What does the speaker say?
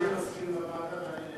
גם אני מסכים לוועדה.